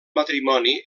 matrimoni